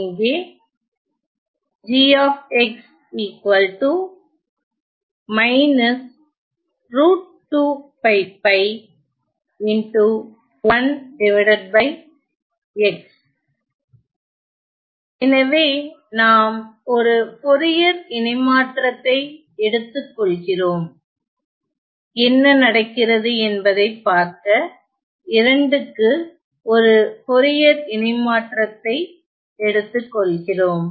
இங்கே எனவே நாம் ஒரு போரியர் இணைமாற்றத்தை எடுத்துக்கொள்கிறோம் என்ன நடக்கிறது என்பதைப் பார்க்க க்கு ஒரு போரியர் இணைமாற்றத்தை எடுத்துக்கொள்கிறோம்